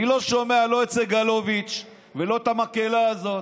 אני לא שומע לא את סגלוביץ' לא את המקהלה הזאת.